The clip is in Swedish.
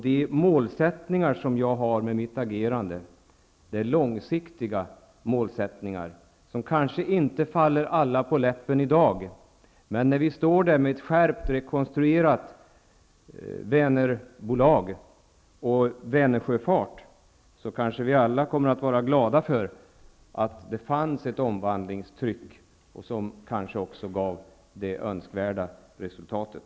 De mål som jag har för mitt agerande är långsiktiga, och de kanske inte faller alla på läppen i dag. Men när vi står där med ett skärpt rekonstruerat Vänerbolag och en rekonstruerad Vänersjöfart, kanske vi alla kommer att vara glada för att det fanns ett omvandlingstryck som också gav det önskvärda resultatet.